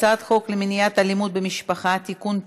הצעת חוק למניעת אלימות במשפחה (תיקון,